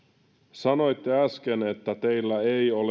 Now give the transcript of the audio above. sanoitte äsken että teillä ei